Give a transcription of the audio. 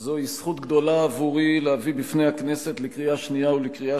זוהי זכות גדולה עבורי להביא בפני הכנסת לקריאה השנייה ולקריאה